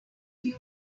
few